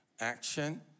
Action